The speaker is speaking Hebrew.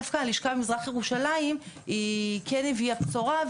דווקא הלשכה במזרח ירושלים היא כן הביאה בשורה,